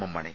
M മണി